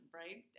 right